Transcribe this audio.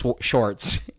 shorts